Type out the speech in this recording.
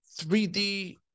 3D